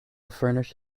furnished